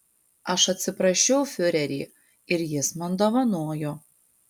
aš atsiprašiau fiurerį ir jis man dovanojo